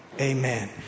Amen